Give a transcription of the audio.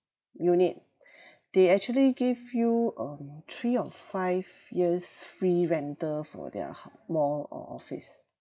unit they actually give you um three or five years free rental for their hou~ mall or office